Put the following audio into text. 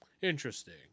interesting